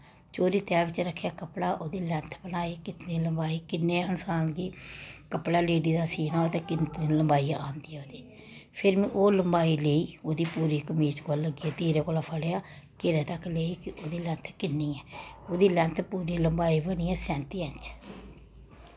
पूरी तैह् बिच्च रक्खेआ कपड़ा ओह्दी लैंथ बनाई किन्नी लम्बाई किन्नी इंसान गी कपड़ा लेडी दा सीना होऐ ते किन्ना लम्बाई आंदी ओह्दी फिर में ओह् लम्बाई लेई ओह्दी पूरी कमीज कोल लग्गियै तीरे कोला फड़ेआ घेरै तक लेई ओह्दी लैंथ किन्नी ऐ ओह्दी लैंथ पूरी लम्बाई बनी ऐ सैंती इंच